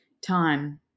Time